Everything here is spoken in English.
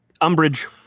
umbrage